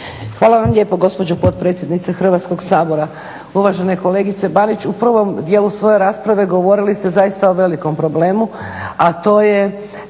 Hvala vam lijepo gospođo potpredsjednice Hrvatskog sabora. Uvažena kolegica Banić u prvom dijelu svoje rasprave govorili ste zaista o velikom problemu, a to je